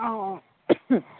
অঁ অঁ